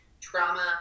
trauma